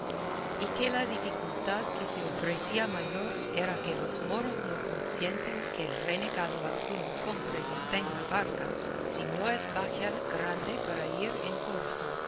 y que la dificultad que se ofrecía mayor era que los moros no consienten que renegado alguno compre ni tenga barca si no es bajel grande para ir en corso